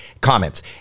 comments